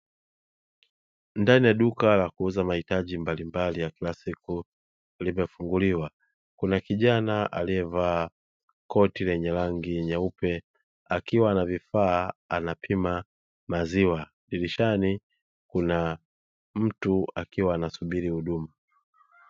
Ndani ya duka la kuuza mahitaji mbalimbali ya kila siku limefunguliwa kuna kijana aliyevaa koti lenye rangi nyeupe akiwa na vifaa anapima maziwa, dirishani kuna mtu akiwa anasubiri huduma.